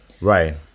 Right